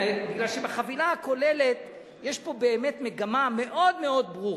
מכיוון שבחבילה הכוללת יש פה באמת מגמה מאוד מאוד ברורה.